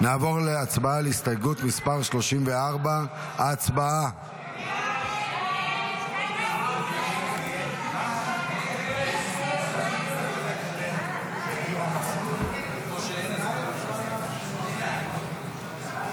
34. נעבור להצבעה על הסתייגות מס' 34. הצבעה.